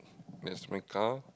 that's my car